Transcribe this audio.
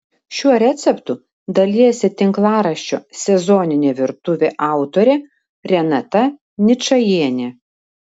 šiuo receptu dalijasi tinklaraščio sezoninė virtuvė autorė renata ničajienė